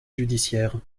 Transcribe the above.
judiciaire